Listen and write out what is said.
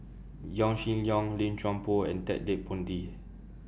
Yaw Shin Leong Lim Chuan Poh and Ted De Ponti